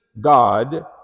God